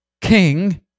King